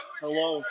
hello